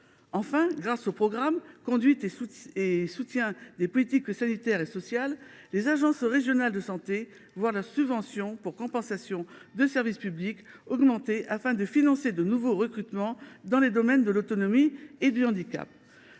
Enfin, grâce au programme « Conduite et soutien des politiques sanitaires et sociales », les agences régionales de santé voient leur subvention pour compensation d’obligations de service public augmenter afin de financer de nouveaux recrutements dans les secteurs de l’autonomie et du handicap.